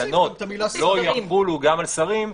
לא יחולו גם על שרים,